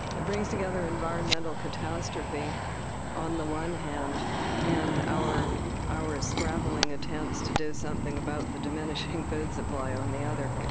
it brings together environmental catastrophe on the one hand and our our scrabbling attempts to do something about the diminishing food supply on the other.